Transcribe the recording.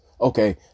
Okay